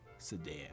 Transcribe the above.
sedan